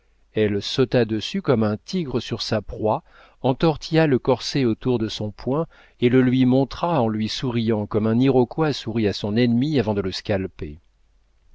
elle sauta dessus comme un tigre sur sa proie entortilla le corset autour de son poing et le lui montra en lui souriant comme un iroquois sourit à son ennemi avant de le